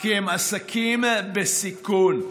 כי הם עסקים בסיכון.